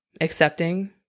accepting